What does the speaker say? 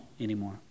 anymore